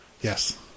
Yes